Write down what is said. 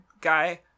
guy